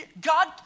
God